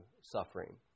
suffering